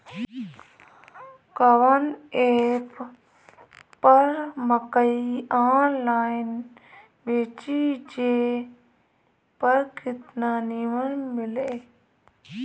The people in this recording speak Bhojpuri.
कवन एप पर मकई आनलाइन बेची जे पर कीमत नीमन मिले?